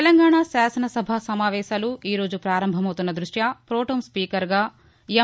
తెలంగాణ శాసన సభ సమావేశాలు ఈరోజు పారంభమవుతున్న దృష్ట్య ప్రొటెం స్పీకర్గా ఎం